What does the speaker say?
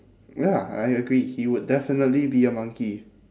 ya I agree he would definitely be a monkey